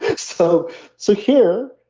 so so here,